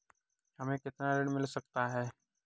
हमें कितना ऋण मिल सकता है?